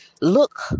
look